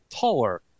taller